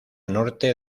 norte